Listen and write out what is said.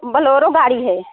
बलोरो गाड़ी है